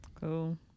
Cool